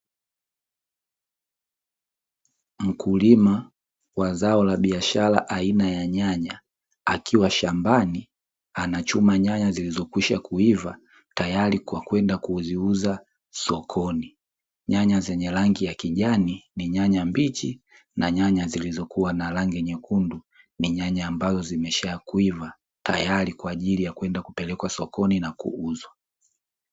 Mkulima wa zao la biashara aina ya nyanya akiwa shambani anachuma nyanya zilizokwisha kuiva tayari kwa kwenda kuziuza sokoni, nyanya zenye rangi ya kijani ni nyanya mbichi na nyanya zilizokuwa na rangi nyekundu ni nyanya ambazo zimesha kwiva tayari kwa ajili ya kwenda kupelekwa sokoni na kuuzwa.